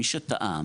מי שטעה,